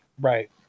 Right